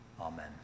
Amen